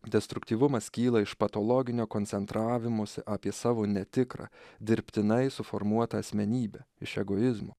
destruktyvumas kyla iš patologinio koncentravimosi apie savo netikrą dirbtinai suformuotą asmenybę iš egoizmo